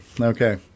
Okay